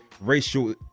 racial